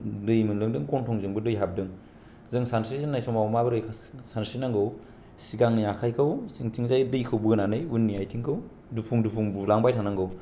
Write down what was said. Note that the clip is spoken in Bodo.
दै मोनलोंदों गन्थंजोंबो दै हाबलांदो जों सानस्रि जेननाय समाव माबोरै सानस्रि नांगौ सिगांनि आखायखौ सिंथिंजाय दैखौ बोनानै इनि आथिंखौ दुफुं दुफुं बुलांबाय थानांगौ